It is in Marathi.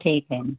ठीक आहेना